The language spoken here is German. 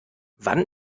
wann